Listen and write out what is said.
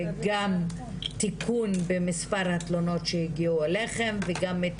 גם תיקון במספר התלונות שהגיעו אליכם וגם את